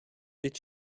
did